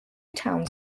towns